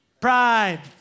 Pride